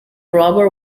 robber